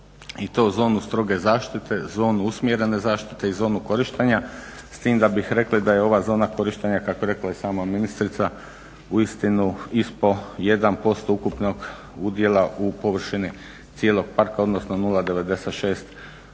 i to zonu stroge zaštite, zonu usmjerene zaštite i zonu korištenja s tim da bi rekli da je ova zona korištenja kako je rekla i sama ministrica uistinu ispao 1% ukupnog udjela u površini cijelog parka odnosno 0,96%